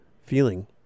feeling